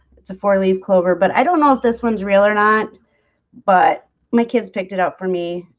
it's a four-leaf clover, but i don't know if this one's real or not but my kids picked it up for me.